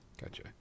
Gotcha